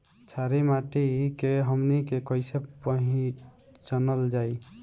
छारी माटी के हमनी के कैसे पहिचनल जाइ?